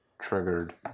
triggered